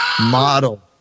model